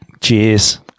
Cheers